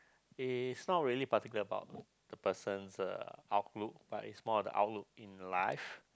uh it's not really particular about the person's outlook but it's more of the outlook in life